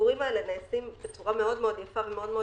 החיבורים האלה נעשים בצורה מאוד מאוד יפה ומאוד מאוד